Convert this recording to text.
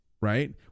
right